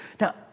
Now